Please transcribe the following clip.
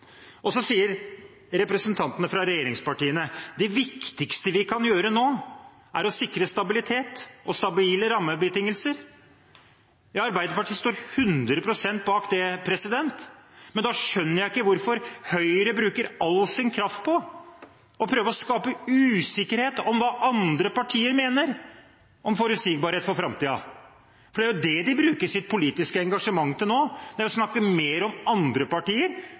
behandler. Så sier representantene fra regjeringspartiene at det viktigste vi kan gjøre nå, er å sikre stabilitet og stabile rammebetingelser. Ja, Arbeiderpartiet står 100 pst. bak det. Men da skjønner jeg ikke hvorfor Høyre bruker all sin kraft på å prøve å skape usikkerhet om hva andre partier mener om forutsigbarhet for framtiden. Det er jo det de bruker sitt politiske engasjement til nå – å snakke mer om andre partier